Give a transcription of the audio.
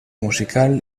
musical